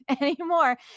anymore